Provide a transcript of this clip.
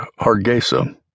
Hargesa